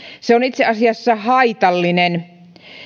se on itse asiassa haitallinen